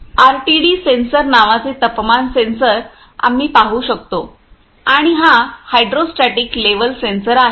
RTD sensor नावाचे तापमान sensor आम्ही पाहू शकतो आणि हा हायड्रोस्टेटिक लेव्हल सेन्सर आहे